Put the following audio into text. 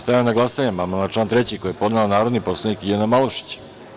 Stavljam na glasanje amandman na član 3. koji je podnela narodni poslanik LJiljana Malušić.